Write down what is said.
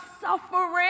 suffering